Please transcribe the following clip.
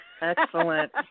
Excellent